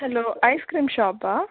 hello ice cream ಶಾಪಾ